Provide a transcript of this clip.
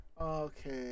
okay